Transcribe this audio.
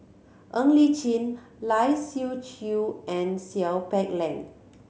Ng Li Chin Lai Siu Chiu and Seow Peck Leng